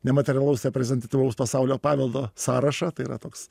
nematerialaus reprezentatyvaus pasaulio paveldo sąrašą tai yra toks